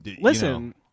listen